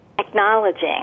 acknowledging